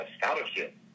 scholarship